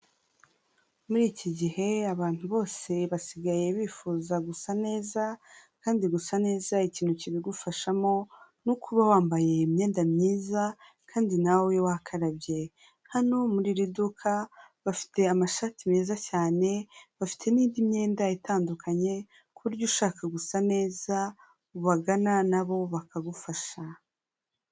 Muri iki gihe abantu bose basigaye bifuza gusa neza, kandi gusa neza ikintu kibigufashamo ni uko uba wambaye imyenda myiza kandi nawe wakarabye, hano muri iri duka bafite amashati meza cyane, bafite n'indi myenda itandukanye, ku buryo ushaka gusa neza ubagana na bo bakagufasha.